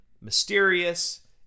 mysterious